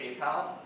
PayPal